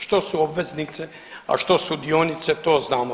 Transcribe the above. Što su obveznice, a što su dionice to znamo.